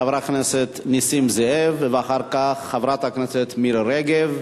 חבר הכנסת נסים זאב ואחר כך חברת הכנסת מירי רגב,